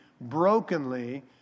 brokenly